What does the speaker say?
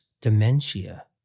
dementia